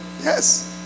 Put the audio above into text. yes